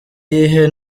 iyihe